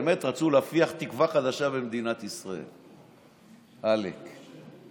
באמת רצו להפיח תקווה חדשה במדינת ישראל, עלק.